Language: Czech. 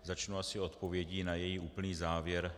Začnu asi odpovědí na její úplný závěr.